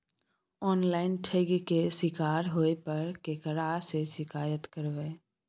Online ठगी के शिकार होय पर केकरा से शिकायत करबै?